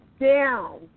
down